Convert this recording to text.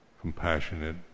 compassionate